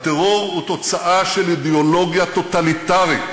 הטרור הוא תוצר של אידיאולוגיה טוטליטרית